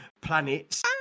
Planets